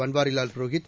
Banwarilal Purohit